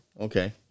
Okay